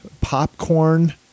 popcorn